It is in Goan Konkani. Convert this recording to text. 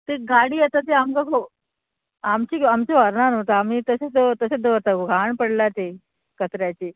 ती गाडी आतां ती आमकां ख आमची आमची व्हरना न्हू तो आमी तशें तशें दवरता घाण पडला तें कचऱ्याची